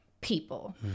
people